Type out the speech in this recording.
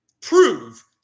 prove